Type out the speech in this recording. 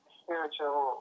spiritual